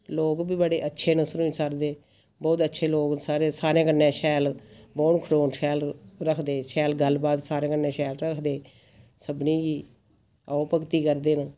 लोक बी बड़े अच्छे न सरूईंसर दे बहुत अच्छे लोक न साढ़े सारें कन्नै शैल बौह्न खड़ौन शैल रखदे शैल गल्ल बात सारें कन्नै शैल रखदे सभनें गी आओ भक्ति करदे न